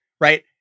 right